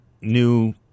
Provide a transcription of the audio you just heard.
new